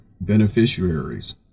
beneficiaries